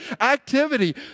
activity